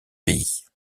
pays